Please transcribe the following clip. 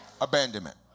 abandonment